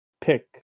pick